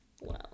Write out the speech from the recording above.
Wow